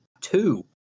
two